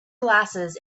glasses